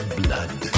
blood